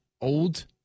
old